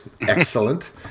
Excellent